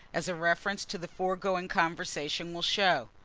as a reference to the foregoing conversation will show.